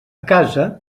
casa